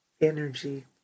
energy